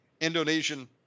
Indonesian